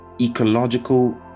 ecological